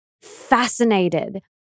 fascinated